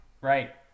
Right